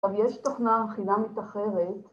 ‫אבל יש תוכנה חילה מתאחרת.